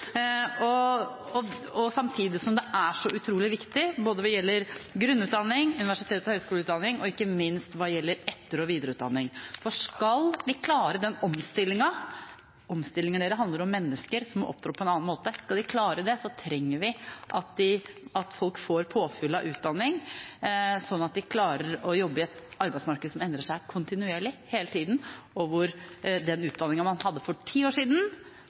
de snakket om. Samtidig er dette utrolig viktig, både hva gjelder grunnutdanning, universitets- og høyskoleutdanning og ikke minst etter- og videreutdanning. Skal vi klare omstillingen – omstillinger handler om mennesker som må opptre på en annen måte – må folk få påfyll av utdanning, slik at de klarer å jobbe i et arbeidsmarked som endrer seg kontinuerlig, hele tida, og hvor utdanningen man hadde for ti år siden,